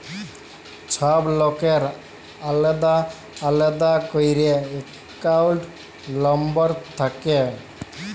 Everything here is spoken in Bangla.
ছব লকের আলেদা আলেদা ক্যইরে একাউল্ট লম্বর থ্যাকে